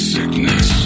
Sickness